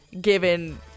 given